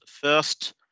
first